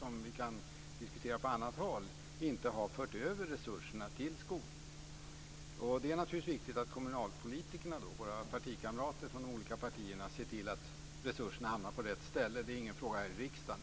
som vi kan diskutera på annat håll inte har fört över resurser till skolan. Det är naturligtvis viktigt att kommunalpolitikerna - våra partikamrater från de olika partierna - ser till att resurserna hamnar på rätt ställe. Det är ingen fråga för riksdagen.